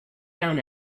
down